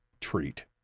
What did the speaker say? treat